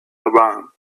around